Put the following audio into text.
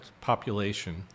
population